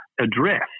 address